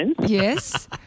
Yes